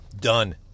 Done